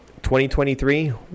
2023